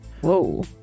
Whoa